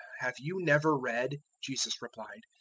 have you never read, jesus replied,